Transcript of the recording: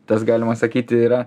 tas galima sakyti yra